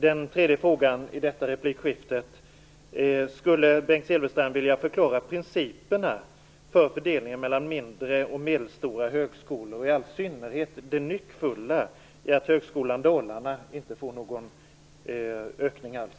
Den tredje frågan i detta replikskifte: Skulle Bengt Silfverstrand vilja förklara principerna för fördelningen mellan mindre och medelstora högskolor, och i all synnerhet det nyckfulla i att Högskolan Dalarna inte får någon ökning alls?